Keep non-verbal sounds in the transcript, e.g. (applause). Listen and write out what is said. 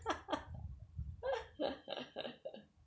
(laughs)